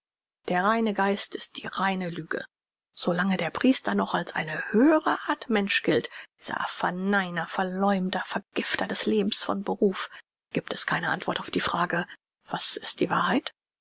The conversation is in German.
der reine geist ist die reine lüge so lange der priester noch als eine höhere art mensch gilt dieser verneiner verleumder vergifter des lebens von beruf giebt es keine antwort auf die frage was ist wahrheit